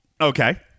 Okay